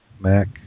Mac